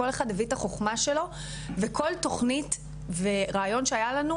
כל אחד הביא את החוכמה שלו וכל תוכנית ורעיון שהיה לנו,